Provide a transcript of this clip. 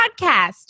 podcast